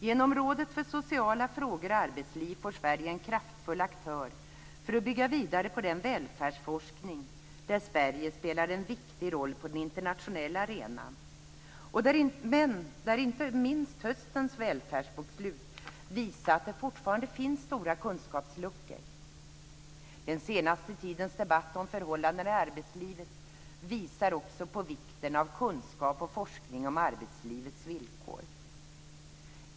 Genom ett råd för sociala frågor och arbetsliv får Sverige en kraftfull aktör för att bygga vidare på den välfärdsforskning där Sverige spelar en viktig roll på den internationella arenan men där inte minst höstens välfärdsbokslut visat att det fortfarande finns stora kunskapsluckor. Den senaste tidens debatt om förhållandena i arbetslivet visar också på vikten av kunskap och forskning om arbetslivets villkor.